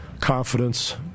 confidence